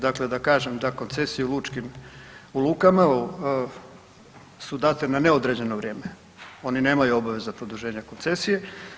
Dakle, da kažem da koncesije u lukama su date na neodređeno vrijeme oni nemaju obaveza produženja koncesije.